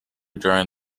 during